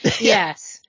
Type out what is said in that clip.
Yes